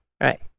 Right